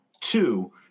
Two